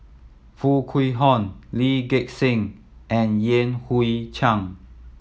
Foo Kwee Horng Lee Gek Seng and Yan Hui Chang